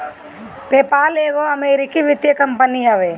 PayPal एगो अमरीकी वित्तीय कंपनी हवे